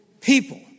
people